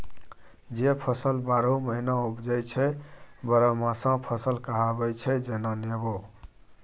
जे फसल बारहो महीना उपजै छै बरहमासा फसल कहाबै छै जेना नेबो